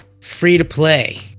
free-to-play